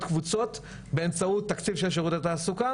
קבוצות באמצעות תקציב של שירות התעסוקה,